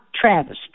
Travis